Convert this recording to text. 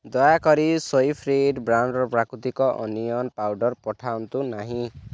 ଦୟାକରି ସୋୟାଫିଟ୍ ବ୍ରାଣ୍ଡ୍ର ପ୍ରାକୃତିକ ଅନିଅନ୍ ପାଉଡ଼ର୍ ପଠାନ୍ତୁ ନାହିଁ